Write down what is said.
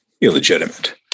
illegitimate